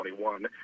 2021